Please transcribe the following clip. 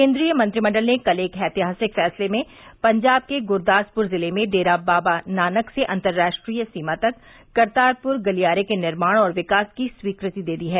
केन्द्रीय मंत्रिमंडल ने कल एक ऐतिहासिक फैंसले में पंजाब के गुरदासपुर जिले में डेरा बाबा नानक से अंतर्राष्ट्रीय सीमा तक करतारपुर गलियारे के निर्माण और विकास की स्वीकृति दे दी है